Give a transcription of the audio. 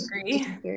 agree